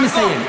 אני מסיים.